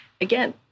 Again